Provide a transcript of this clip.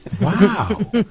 Wow